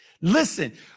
Listen